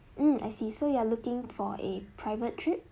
mm I see so you are looking for a private trip